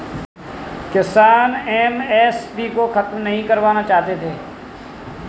किसान एम.एस.पी को खत्म नहीं करवाना चाहते थे